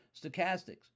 stochastics